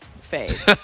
phase